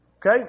Okay